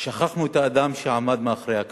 ששכחנו את האדם שעמד מאחורי הכתבה,